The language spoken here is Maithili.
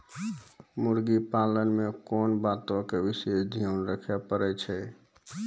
मुर्गी पालन मे कोंन बातो के विशेष ध्यान रखे पड़ै छै?